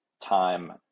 time